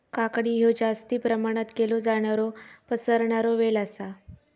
काकडी हयो जास्ती प्रमाणात केलो जाणारो पसरणारो वेल आसा